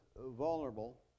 vulnerable